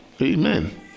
Amen